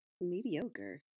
mediocre